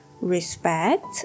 respect